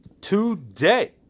today